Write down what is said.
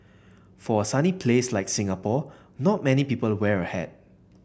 for a sunny place like Singapore not many people wear a hat